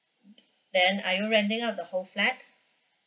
then are you renting out the whole flat